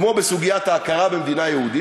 כמו בסוגיית ההכרה במדינה יהודית,